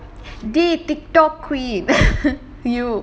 dey TikTok queen you